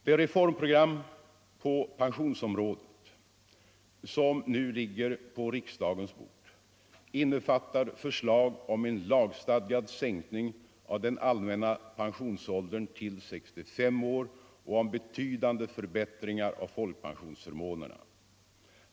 Det reformprogram på pensionsområdet som nu ligger på riksdagens bord innefattar förslag om en lagstadgad sänkning av den allmänna pensionsåldern till 65 år och om betydande förbättringar av folkpensionsförmånerna.